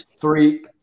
three